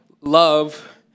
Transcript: love